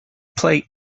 play